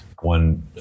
One